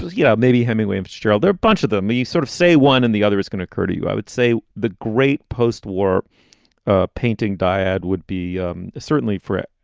yeah, maybe hemingway, fitzgerald or a bunch of them. you sort of say one and the other is going occur to you. i would say the great postwar ah painting diad would be um certainly for it.